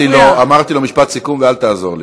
אמרתי לו "משפט סיכום", ואל תעזור לי.